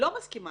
מסכימה